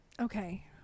Okay